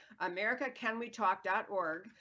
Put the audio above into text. americacanwetalk.org